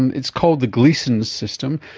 and it's called the gleason system,